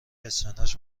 اسفناج